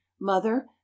mother